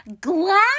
Glass